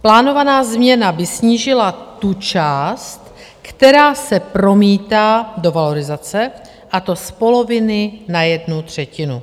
Plánovaná změna by snížila tu část, která se promítá do valorizace, a to z poloviny na jednu třetinu.